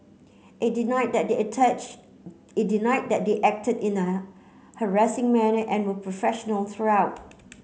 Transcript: it denied that they attach it denied that they acted in a harassing manner and were professional throughout